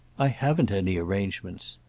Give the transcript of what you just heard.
i haven't any arrangements.